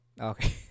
Okay